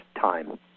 time